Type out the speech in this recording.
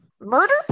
Murder